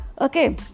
Okay